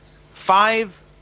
five